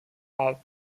are